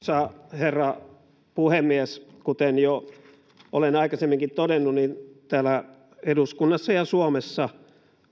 herra puhemies kuten jo aikaisemminkin olen todennut täällä eduskunnassa ja suomessa